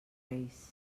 reis